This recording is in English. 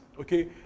okay